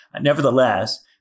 Nevertheless